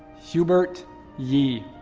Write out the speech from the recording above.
hubert yi.